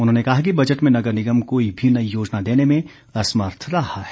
उन्होंने कहा कि बजट में नगर निगम कोई भी नई योजना देने में असमर्थ रहा है